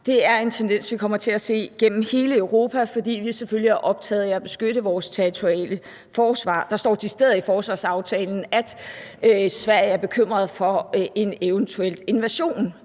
Det er en tendens, vi kommer til at se igennem hele Europa, fordi vi selvfølgelig er optaget af at beskytte vores territoriale forsvar. Der står decideret i forsvarsaftalen, at Sverige er bekymret for en eventuel invasion,